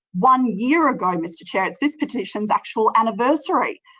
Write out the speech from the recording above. one year ago, mr chair. it's this petition's actual anniversary.